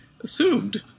assumed